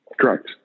Correct